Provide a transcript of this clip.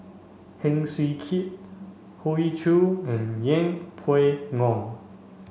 Heng Swee Keat Hoey Choo and Yeng Pway Ngon